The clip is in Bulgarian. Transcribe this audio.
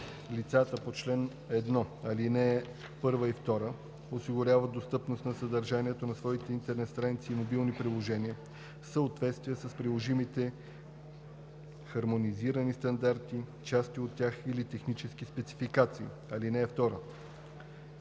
Лицата по чл. 1, ал. 1 и 2 осигуряват достъпност на съдържанието на своите интернет страници и мобилни приложения, в съответствие с приложимите хармонизирани стандарти, части от тях или технически спецификации. (2)